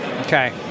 Okay